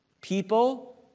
people